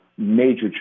Major